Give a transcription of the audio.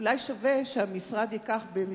אולי שווה שהמשרד ייקח על עצמו,